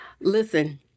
listen